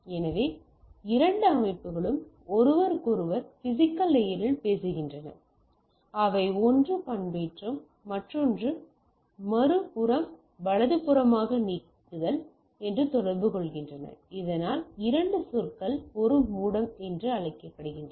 எனவே இரண்டு அமைப்புகளும் ஒருவருக்கொருவர் பிசிக்கல் லேயரில் பேசுகின்றன அவை ஒன்று பண்பேற்றம் என்று மற்றொன்று மறுபுறம் வலதுபுறமாக நீக்குதல் என்று தொடர்பு கொள்கின்றன இதனால் இரண்டு சொற்கள் ஒரு மோடம் என்று அழைக்கப்படுகின்றன